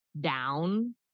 down